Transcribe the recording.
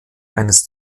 eines